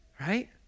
right